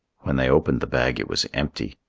when they opened the bag, it was empty.